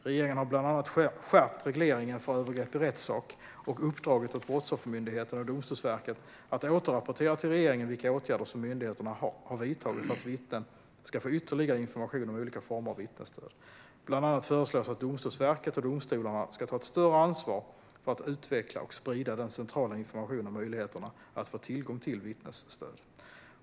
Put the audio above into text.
Regeringen har bland annat skärpt regleringen för övergrepp i rättssak och uppdragit åt Brottsoffermyndigheten och Domstolsverket att återrapportera till regeringen vilka åtgärder som myndigheterna har vidtagit för att vittnen ska få ytterligare information om olika former av vittnesstöd. Bland annat föreslås att Domstolsverket och domstolarna ska ta ett större ansvar för att utveckla och sprida den centrala informationen om möjligheterna att få tillgång till vittnesstöd.